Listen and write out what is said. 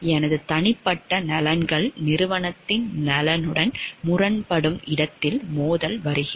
எனது தனிப்பட்ட நலன்கள் நிறுவனத்தின் நலனுடன் முரண்படும் இடத்தில் மோதல் வருகிறது